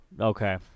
okay